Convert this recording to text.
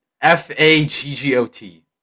F-A-G-G-O-T